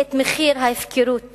את מחיר ההפקרות